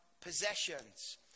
possessions